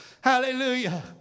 Hallelujah